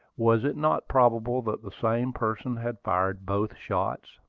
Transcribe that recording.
was it not probable that the same person had fired both shots?